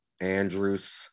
Andrews